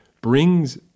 brings